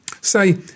Say